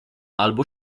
albo